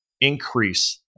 increase